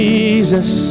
Jesus